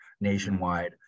nationwide